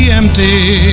empty